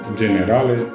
generale